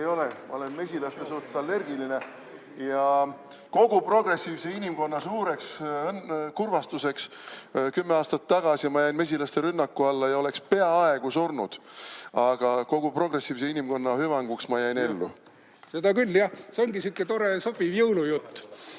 ma olen mesilaste suhtes allergiline. Kogu progressiivse inimkonna suureks kurvastuseks jäin ma kümme aastat tagasi mesilaste rünnaku alla ja oleksin peaaegu surnud. Aga kogu progressiivse inimkonna hüvanguks jäin ma ellu. Seda küll, jah, see ongi sihuke tore sobiv jõulujutt,